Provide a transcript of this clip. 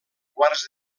quarts